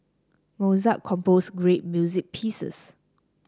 Mozart composed great music pieces